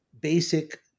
basic